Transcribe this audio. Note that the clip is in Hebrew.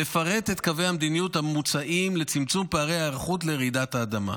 המפרט את קווי המדיניות המוצעים לצמצום פערי ההיערכות לרעידות אדמה.